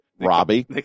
Robbie